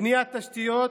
בניית תשתיות,